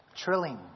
trilling